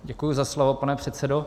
Děkuji za slovo, pane předsedo.